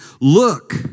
look